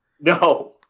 No